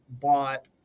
bought